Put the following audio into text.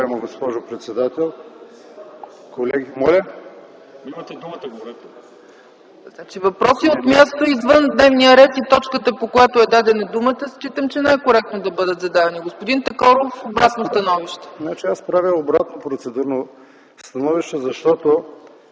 Аз правя обратно процедурно предложение, защото